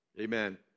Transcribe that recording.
Amen